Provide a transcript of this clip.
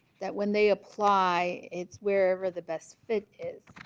that when they apply it's wherever the best fit is